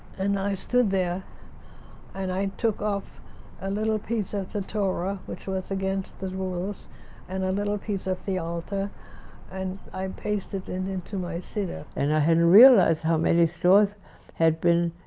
and i stood there and i took off a little piece of the torah which was against the rules and a little piece of the altar and i paste it into my cedar and i hadn't realized how many stores had been